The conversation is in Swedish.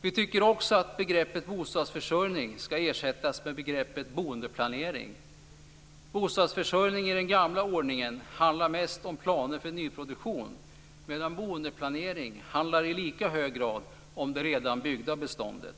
Vi tycker också att begreppet bostadsförsörjning ska ersättas med begreppet boendeplanering. Bostadsförsörjning i den gamla ordningen handlar mest om planer för nyproduktion, medan boendeplanering i lika hög grad handlar om det redan byggda beståndet.